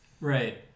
Right